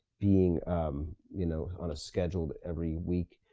being you know on a scheduled, every week.